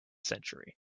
century